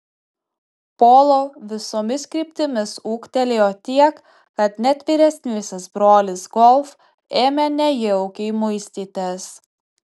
polo visomis kryptimis ūgtelėjo tiek kad net vyresnysis brolis golf ėmė nejaukiai muistytis